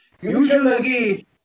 usually